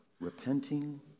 repenting